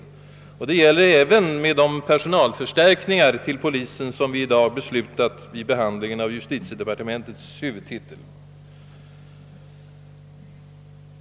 Detta kommer nog att gälla även efter de personalförstärkningar till polisen som vi i dag beslutat om vid behandlingen av justitiedepartementets huvudtitel.